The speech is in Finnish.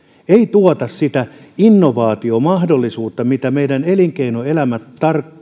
tuota sitä innovaatiomahdollisuutta mitä meidän elinkeinoelämä